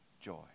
joy